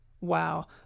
Wow